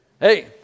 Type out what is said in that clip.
Hey